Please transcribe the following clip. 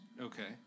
Okay